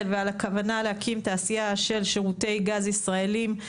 ועל הכוונה להקים תעשיה של שירותי גז ישראלים.